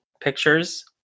pictures